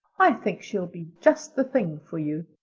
i think she'll be just the thing for you.